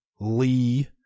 Lee